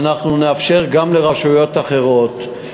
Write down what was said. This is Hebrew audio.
ואנחנו נאפשר גם לרשויות אחרות.